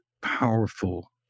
powerful